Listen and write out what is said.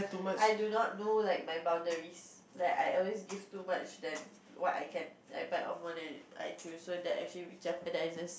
I do not know like my boundaries like I always give too much than what I can I bite off more than I chew so that actually it jeopardizes